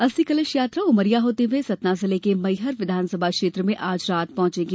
अस्थि कलश यात्रा उमरिया होते हुये सतना जिले के मैहर विधानसभा क्षेत्र में आज रात पहुंचेगी